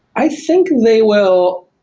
i think they will.